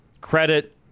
credit